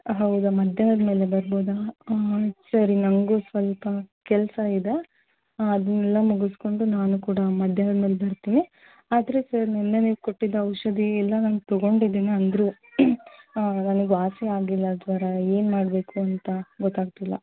ಹೌದಾ ಮಧ್ಯಾಹ್ನದ ಮೇಲೆ ಬರ್ಬೋದಾ ಸರಿ ನನಗೂ ಸ್ವಲ್ಪ ಕೆಲಸ ಇದೆ ಅದನ್ನೆಲ್ಲ ಮುಗಿಸ್ಕೊಂಡು ನಾನು ಕೂಡ ಮಧ್ಯಾಹ್ನದ ಮೇಲೆ ಬರ್ತೀನಿ ಆದರೆ ಸರ್ ನಿನ್ನೆ ನೀವು ಕೊಟ್ಟಿದ್ದು ಔಷಧಿ ಎಲ್ಲ ನಾನು ತೊಗೊಂಡಿದ್ದೀನಿ ಅಂದ್ರೂ ನನಗೆ ವಾಸಿ ಆಗಿಲ್ಲ ಜ್ವರ ಏನು ಮಾಡಬೇಕು ಅಂತ ಗೊತ್ತಾಗ್ತಿಲ್ಲ